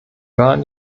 waren